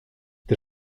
der